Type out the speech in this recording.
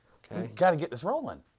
okay. gotta get this rolling.